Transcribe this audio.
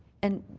and